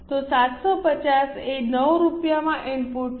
તો 750 એ 9 રૂપિયામાં ઇનપુટ છે